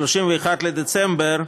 31 בדצמבר,